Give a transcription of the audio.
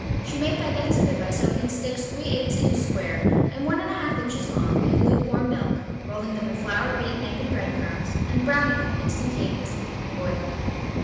she made baguettes of it by soaking sticks three-eights-inch square and one and a half inches long in lukewarm milk, rolling them in flour, beaten egg and bread crumbs and browning them instantaneously in boiling oil.